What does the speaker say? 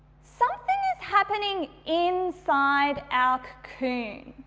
something is happening inside our cocoon.